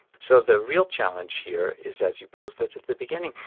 so the real challenge here is, as you posed it at the beginning,